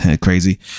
Crazy